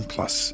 Plus